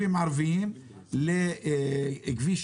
אתה לא צריך תו ירוק למבוגרים ולא לילדים והנוסעים במטוס